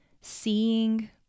seeing